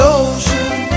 ocean